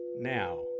Now